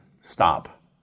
stop